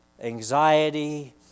anxiety